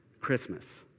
Christmas